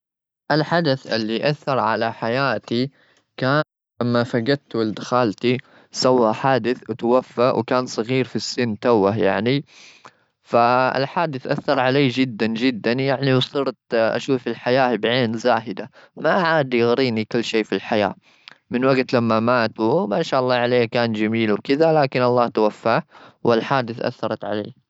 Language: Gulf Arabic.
الحدث اللي أثر على حياتي كان لما فقدت ولد خالتي، سوى حادث وتوفى وكان صغير في السن، توه يعني. فا الحادث أثر علي جدا-جدا، يعني وصرت أشوف الحياة بعين زاهدة ما عاد يوريني كل شيء في الحياة. من وقت لما مات، وهو ما شاء الله عليه كان جميل وكذا، لكن الله توفاه. والحادث أثرت علي.